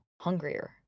hungrier